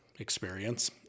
Experience